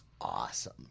awesome